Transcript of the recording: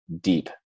deep